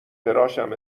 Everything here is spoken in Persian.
تراشم